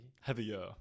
Heavier